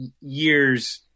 years